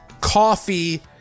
coffee